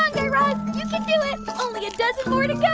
um guy raz. you can do it. only a dozen more to go.